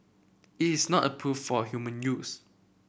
it is not approved for human use